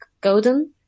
Golden